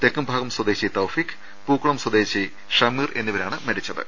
തെക്കുംഭാഗം സ്വദേശി തൌഫീഖ് പുക്കുളം സ്വദേശി ഷമീർ എന്നിവരാണ് മരിച്ചത്